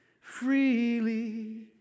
Freely